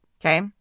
Okay